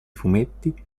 fumetti